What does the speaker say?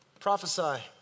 Prophesy